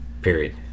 Period